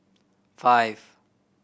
five